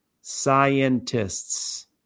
scientists